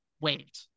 wait